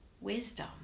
wisdom